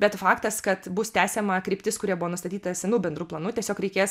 bet faktas kad bus tęsiama kryptis kuri jau buvo nustatyta senu bendru planu tiesiog reikės